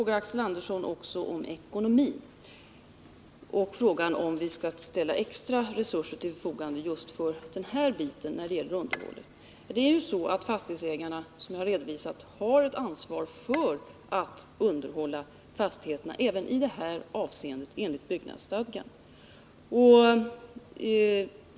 Axel Andersson frågar också om vi skall ställa extra resurser till förfogande för just det här underhållet. Det är ju så att fastighetsägarna, som jag redovisat, har ett ansvar för att underhålla fastigheterna även i det här avseendet enligt byggnadsstadgan.